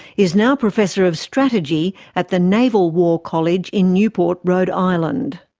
is now professor of strategy at the naval war college in newport, rhode island.